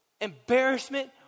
embarrassment